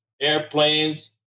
airplanes